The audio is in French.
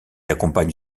accompagne